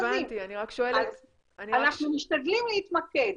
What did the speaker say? אנחנו משתדלים להתמקד,